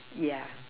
yeah